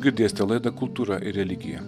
girdėsite laidą kultūra ir religija